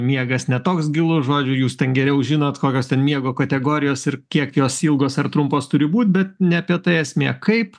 miegas ne toks gilus žodžiu jūs ten geriau žinot kokios ten miego kategorijos ir kiek jos ilgos ar trumpos turi būt bet ne apie tai esmė kaip